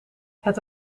het